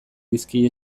dizkie